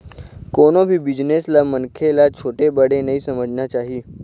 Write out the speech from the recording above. कोनो भी बिजनेस ल मनखे ल छोटे बड़े नइ समझना चाही